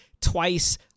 twice